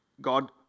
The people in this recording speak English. God